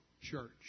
Church